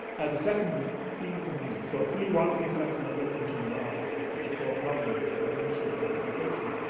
the second was key for me. so, if we want intellectual engagement in the lab, which is the core problem that i've mentioned to lab education,